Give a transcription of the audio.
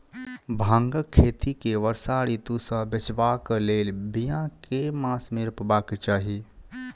भांगक खेती केँ वर्षा ऋतु सऽ बचेबाक कऽ लेल, बिया केँ मास मे रोपबाक चाहि?